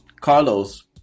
Carlos